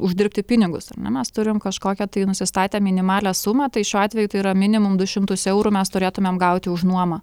uždirbti pinigus ar ne mes turim kažkokią tai nusistatę minimalią sumą tai šiuo atveju tai yra minimum du šimtus eurų mes turėtumėm gauti už nuomą